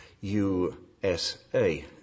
USA